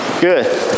Good